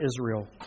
Israel